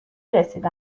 رسیده